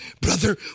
brother